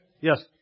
Yes